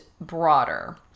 broader